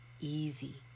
easy